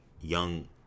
young